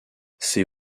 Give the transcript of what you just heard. ses